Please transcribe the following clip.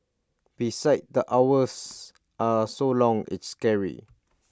besides the hours are so long it's scary